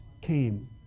came